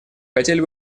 хотели